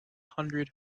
hundred